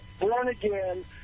born-again